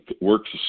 works